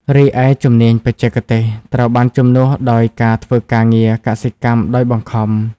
រីឯ ជំនាញបច្ចេកទេសត្រូវបានជំនួសដោយការធ្វើការងារកសិកម្មដោយបង្ខំ។